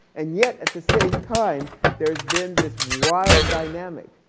and yet at the same time there has been this wild dynamic,